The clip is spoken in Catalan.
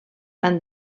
han